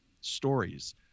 stories